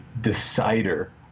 decider